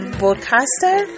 broadcaster